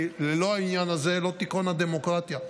כי ללא העניין הזה לא תיכון דמוקרטיה.